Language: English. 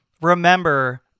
remember